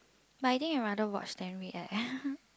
but I think I rather watch than read eh